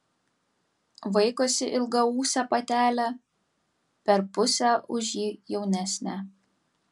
vaikosi ilgaūsę patelę per pusę už jį jaunesnę